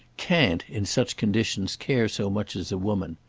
can't, in such conditions, care so much as a woman.